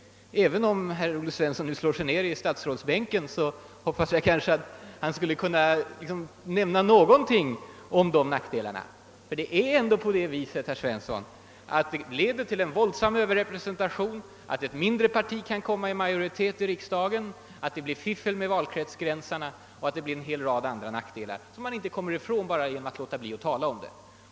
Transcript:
Även om herr Svensson just nu slår sig ner i statsrådsbänken hoppas jag ändå att han skulle kunna säga någonting om dessa nackdelar. Ty det är ändå så, att det systemsatta leder till en våldsam överrepresentation, att ett mindre parti kan komma i majoritet i riksdagen, att det kan bli fiffel med valkretsgränserna plus en del andra nackdelar som man inte kan komma ifrån bara genom att låta bli att tala om dem.